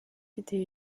été